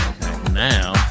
Now